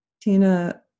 Tina